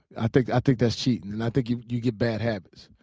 i think i think that's cheating and i think you you get bad habits.